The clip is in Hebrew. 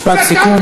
משפט סיכום.